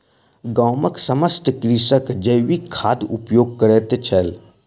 गामक समस्त कृषक जैविक खादक उपयोग करैत छल